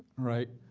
right?